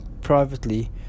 privately